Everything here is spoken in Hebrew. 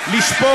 שקרן.